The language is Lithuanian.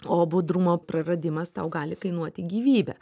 o budrumo praradimas tau gali kainuoti gyvybę